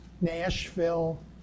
Nashville